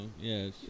yes